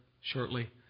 shortly